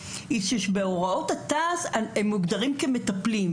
בהן היא שבהוראות התע"ס הם מוגדרים כמטפלים,